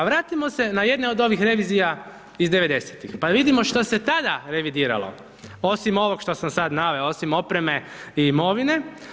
A vratimo se na jedne od ovih revizija iz '90. pa vidimo što se tada revidiralo, osim ovog što sam sad naveo, osim opreme i imovine.